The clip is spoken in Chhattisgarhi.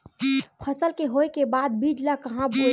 फसल के होय के बाद बीज ला कहां बेचबो?